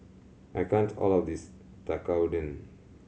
I can't all of this Tekkadon